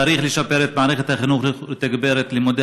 צריך לשפר את מערכת החינוך ולתגבר את לימודי